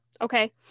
Okay